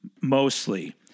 mostly